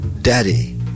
Daddy